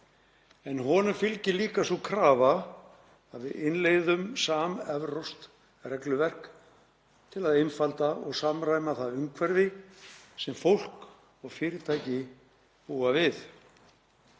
en honum fylgir líka sú krafa að við innleiðum samevrópskt regluverk til að einfalda og samræma það umhverfi sem fólk og fyrirtæki búa við,